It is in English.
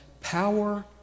power